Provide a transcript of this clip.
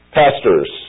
pastors